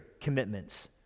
commitments